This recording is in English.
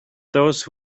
those